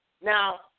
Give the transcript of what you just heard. Now